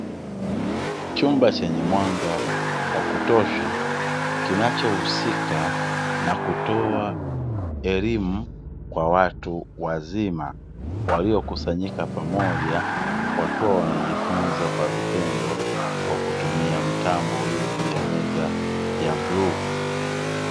Chumba chenye mwanga wa kutosha, kinachohusika na kutoa elimu kwa watu wazima, waliokusanyika pamoja wakiwa wanajifunza kwa vitendo, kwa kutumia mtambo ulio juu ya meza ya bluu.